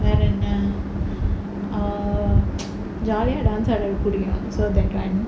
jolly ah dance ஆட புடிக்கும்aada pudikkum so that I'm